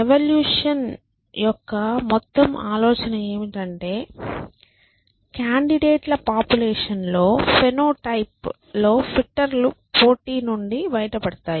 evolution యొక్క మొత్తం ఆలోచన ఏమిటంటే కాండిడేట్ ల పాపులేషన్ లో ఫేనోటైప్లో ఫిట్టర్లు పోటీ నుండి బయటపడతాయి